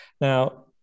Now